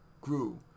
grew